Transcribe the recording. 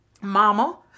mama